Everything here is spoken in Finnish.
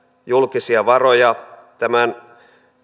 julkisia varoja tämän